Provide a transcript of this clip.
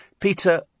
Peter